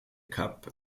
kap